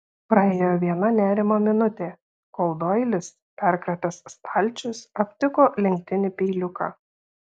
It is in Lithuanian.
praėjo viena nerimo minutė kol doilis perkratęs stalčius aptiko lenktinį peiliuką